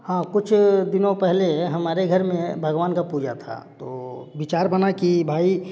हाँ कुछ दिनों पहले हमारे घर में भगवान का पूजा था तो विचार बना की भाई